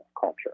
culture